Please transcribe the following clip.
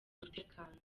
umutekano